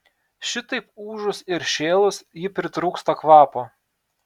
šitaip ūžus ir šėlus ji pritrūksta kvapo